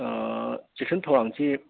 ꯆꯦꯛꯁꯤꯟ ꯊꯧꯔꯥꯡꯁꯤ